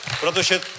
Protože